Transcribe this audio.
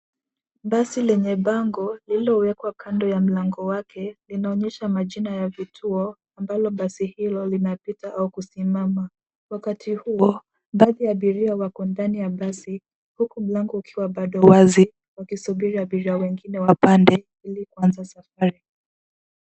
Basi lenye bango lililowekwa kando ya mlango wake linaonyesha majina ya vituo ambalo basi hilo linapita au kusimama. Wakati huo baadhi ya abiria wako ndani ya basi huku mlango ukiwa bado wazi, wakisubiri abiria wengine wapande ili kuanza safari.